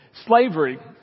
Slavery